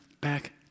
back